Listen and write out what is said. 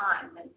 time